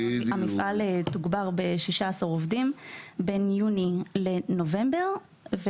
המפעל תוגבר ב-16 עובדים בין יוני לנובמבר.